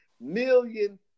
million